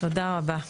תודה רבה.